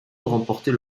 remporter